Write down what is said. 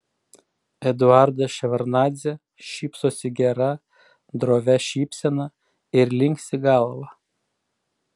eduardas ševardnadzė šypsosi gera drovia šypsena ir linksi galva